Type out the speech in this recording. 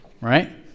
right